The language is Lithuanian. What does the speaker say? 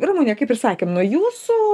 ramune kaip ir sakėm nuo jūsų